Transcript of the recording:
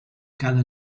cada